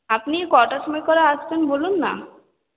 আপনি কটার সময় করে আসবেন বলুন না